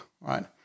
right